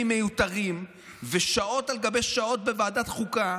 מיותרים ושעות על גבי שעות בוועדת חוקה,